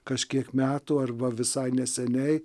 kažkiek metų arba visai neseniai